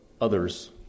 others